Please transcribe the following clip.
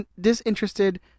disinterested